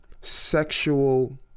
sexual